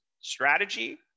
Strategy